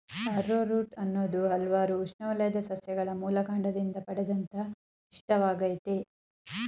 arrowroot ಅನ್ನೋದು ಹಲ್ವಾರು ಉಷ್ಣವಲಯದ ಸಸ್ಯಗಳ ಮೂಲಕಾಂಡದಿಂದ ಪಡೆದಂತ ಪಿಷ್ಟವಾಗಯ್ತೆ